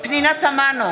פנינה תמנו,